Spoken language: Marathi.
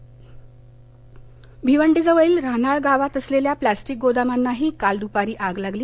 भिवंडी भिवंडी जवळील रान्हाळ गावात असलेल्या प्लास्टिक गोदामांना काल द्पारी आग लागली